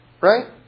right